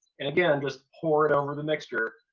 and again, just pour it over the mixture,